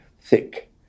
thick